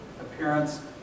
appearance